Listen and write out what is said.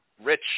rich